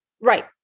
Right